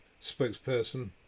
spokesperson